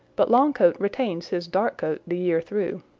but longcoat retains his dark coat the year through.